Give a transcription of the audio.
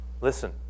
listen